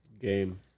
game